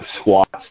squats